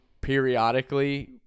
periodically